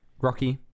Rocky